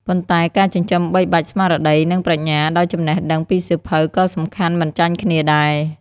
ប៉ុន្តែ ការចិញ្ចឹមបីបាច់ស្មារតី និងប្រាជ្ញាដោយចំណេះដឹងពីសៀវភៅក៏សំខាន់មិនចាញ់គ្នាដែរ។